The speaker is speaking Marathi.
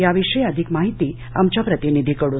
त्याबद्दलची अधिक माहिती आमच्या प्रतिनिधीकडून